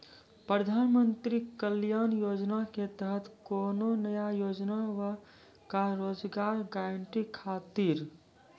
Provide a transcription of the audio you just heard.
प्रधानमंत्री कल्याण योजना के तहत कोनो नया योजना बा का रोजगार गारंटी खातिर?